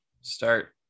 start